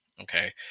Okay